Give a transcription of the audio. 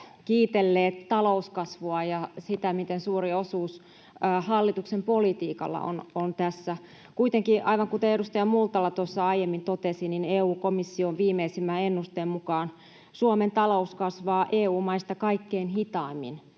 kiitelleet talouskasvua ja sitä, miten suuri osuus hallituksen politiikalla on tässä. Kuitenkin, aivan kuten edustaja Multala tuossa aiemmin totesi, EU-komission viimeisimmän ennusteen mukaan Suomen talous kasvaa EU-maista kaikkein hitaimmin